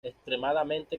extremadamente